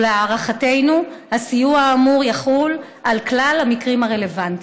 ולהערכתנו הסיוע האמור יחול על כלל המקרים הרלוונטיים.